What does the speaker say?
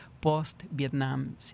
post-Vietnam